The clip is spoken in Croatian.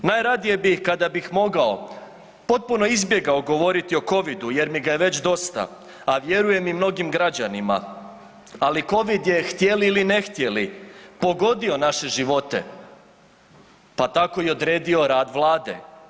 Najradije bih kada bih mogao potpuno izbjegao govoriti o covidu jer mi ga je već dosta, a vjerujem i mnogim građanima, ali covid htjeli ili ne htjeli pogodio naše živote, pa tako i odredio rad vlade.